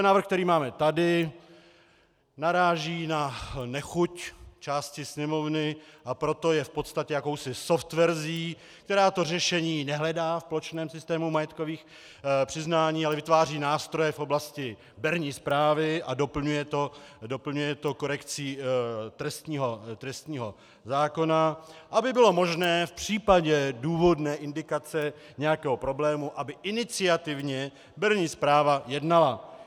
Ten návrh, který máme tady, naráží na nechuť části Sněmovny, a proto je v podstatě jakousi softverzí, která to řešení nehledá v plošném systému majetkových přiznání, ale vytváří nástroje v oblasti berní správy a doplňuje to korekcí trestního zákona, aby bylo možné v případě důvodné indikace nějakého problému, aby iniciativně berní správa jednala.